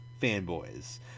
fanboys